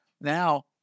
Now